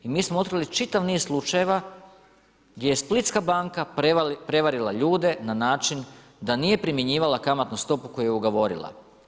I mi smo otkrili čitav niz slučajeva, gdje je Splitska banska prevarila ljude, na način, da nije primjenjivala kamatnu stopu koju je ugovorila.